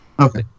okay